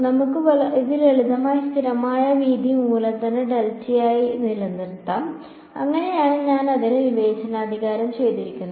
നമുക്ക് ഇത് ലളിതമായ സ്ഥിരമായ വീതി മൂലധന ഡെൽറ്റയായി നിലനിർത്താം അങ്ങനെയാണ് ഞാൻ അതിനെ വിവേചനാധികാരം ചെയ്തിരിക്കുന്നത്